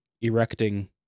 erecting